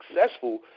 successful